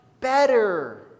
better